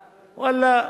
ואללה,